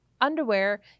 underwear